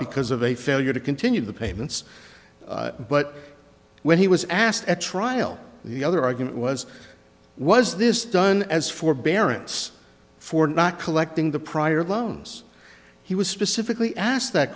because of a failure to continue the payments but when he was asked at trial the other argument was was this done as forbearance for not collecting the prior loans he was specifically asked that